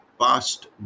past